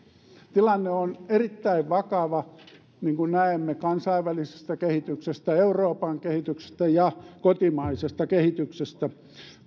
tilanne on erittäin vakava niin kuin näemme kansainvälisestä kehityksestä euroopan kehityksestä ja kotimaisesta kehityksestä